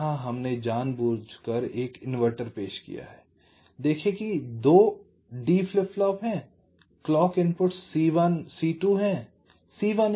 यहां हमने जानबूझकर एक इन्वर्टर पेश किया है देखें कि 2 D फ्लिप फ्लॉप हैं क्लॉक इनपुट्स C1 C2 हैं